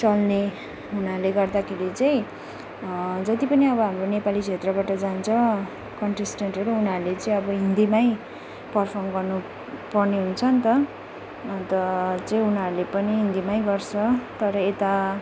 चल्ने हुनाले गर्दाखेरि चाहिँ जति पनि अब हाम्रो नेपाली क्षेत्रबाट जान्छ कन्टेस्टेन्टहरू उनीहरूले चाहिँ हिन्दीमै परफर्म गर्नुपर्ने हुन्छ नि त अन्त चाहिँ उनीहरूले पनि हिन्दीमै गर्छ तर यता